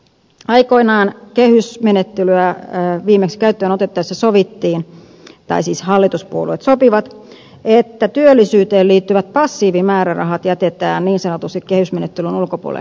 aikoinaan kehysmenettelyä viimeksi käyttöön otettaessa sovittiin tai siis hallituspuolueet sopivat että työllisyyteen liittyvät passiivimäärärahat jätetään niin sanotusti kehysmenettelyn ulkopuolelle